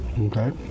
Okay